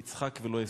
יצחק ולא עשו.